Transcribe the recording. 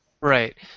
Right